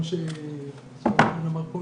כמו שפרופ' כהן אמר קודם,